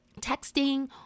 texting